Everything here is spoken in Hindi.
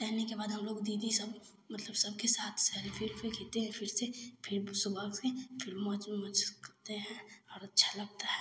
रहने के बाद हम लोग दीदी सब मतलब सब के साथ सेल्फी उल्फी खींचते हैं फिर से फिर सुबह से मौज मज़े करते हैं अच्छा लगता है